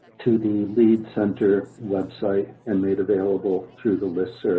to the lead center website and made available through the list.